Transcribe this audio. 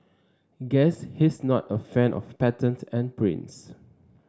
guess he's not a fan of patterns and prints